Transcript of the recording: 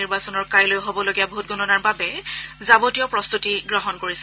নিৰ্বাচনৰ কাইলৈ হ'বলগীয়া ভোটগণনাৰ বাবে যাৱতীয় প্ৰস্তুতি গ্ৰহণ কৰিছে